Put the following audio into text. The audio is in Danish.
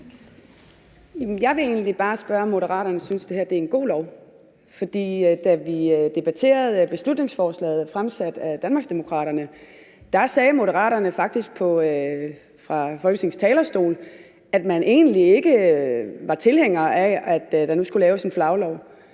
Jeg vil egentlig bare spørge, om Moderaterne synes, at det her er et godt lovforslag. For da vi debatterede beslutningsforslaget fremsat af Danmarksdemokraterne, sagde Moderaterne faktisk fra Folketingets talerstol, at man egentlig ikke var tilhængere af, at der nu skulle laves en flaglov.